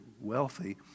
wealthy